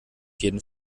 jeden